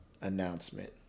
announcement